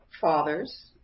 fathers